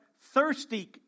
thirsty